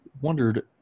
wondered